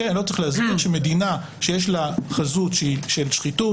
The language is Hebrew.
אני לא צריך להסביר שמדינה שיש לה חזות של שחיתות,